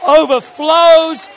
overflows